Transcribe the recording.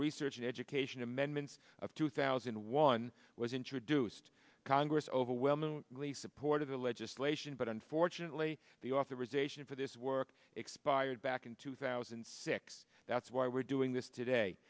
research and education amendments of two thousand and one was introduced congress overwhelmingly supported the legislation but unfortunately the authorization for this work expired back in two thousand and six that's why we're doing this today